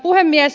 puhemies